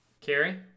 Kerry